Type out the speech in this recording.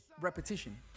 Repetition